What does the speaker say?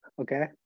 okay